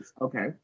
Okay